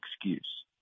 excuse